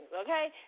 okay